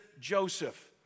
Joseph